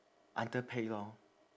under pay lor